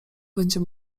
będzie